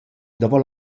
davo